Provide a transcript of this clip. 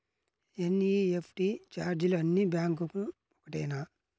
NEFT ఛార్జీలు అన్నీ బ్యాంక్లకూ ఒకటేనా?